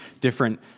different